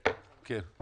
כן.